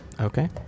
Okay